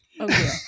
okay